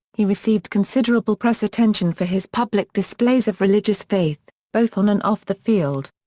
he received considerable press attention for his public displays of religious faith, both on and off the field.